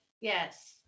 Yes